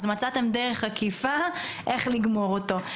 אז מצאתם דרך עקיפה איך לגמור אותו.